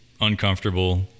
uncomfortable